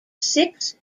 six